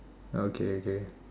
okay okay